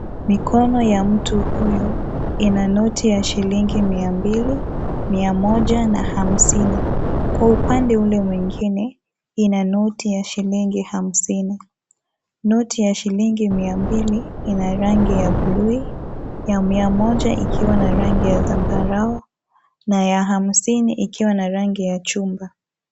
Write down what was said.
Mikono ya mtu huyu ina noti ya shilingi mia mbili ,mia moja na hamsini ,Kwa upande ule mwingine kuna noti hamsini. Noti ya shilingi mia mbili ina rangi ya bluu, ya Mia moja ikiwa na rangi ya zambarao na ya hamsini ikiwa na rangi ya chumba.